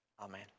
amen